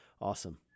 awesome